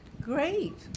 Great